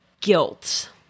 guilt